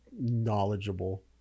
knowledgeable